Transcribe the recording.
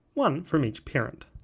one from each parent,